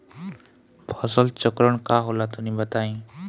फसल चक्रण का होला तनि बताई?